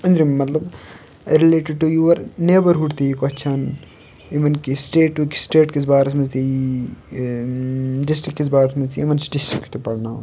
أنٛدرِم مطلب related to your neighbourhood تہِ یِیہِ کۄسچن اِوٕن کہِ سٹیٹُک سٹیٹ کِس بارَس منٛز تہِ یِیہِ ڈِسٹرک کِس بارَس منٛز تہِ یِمَن چھِ ڈِسٹرک تہِ پَڑناوُن